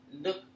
Look